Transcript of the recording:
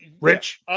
Rich